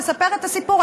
לספר את הסיפור,